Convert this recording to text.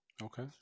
Okay